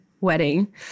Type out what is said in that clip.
wedding